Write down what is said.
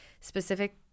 specific